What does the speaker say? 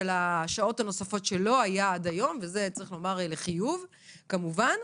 השעות הנוספות ואת זה צריך לציין לחיוב כמובן.